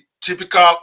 typical